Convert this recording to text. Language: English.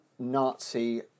Nazi